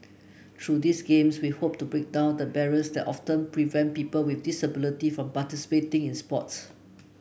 through these Games we hope to break down the barriers that often prevent people with disability from participating in sport